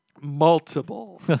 multiple